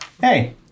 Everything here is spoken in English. Hey